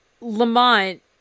Lamont